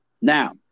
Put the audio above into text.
Now